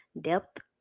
depth